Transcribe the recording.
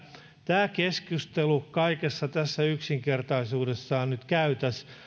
tämä keskustelu kaikessa yksinkertaisuudessaan nyt käytäisiin